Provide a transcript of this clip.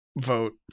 vote